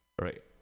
right